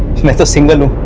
a single